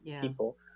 people